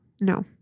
No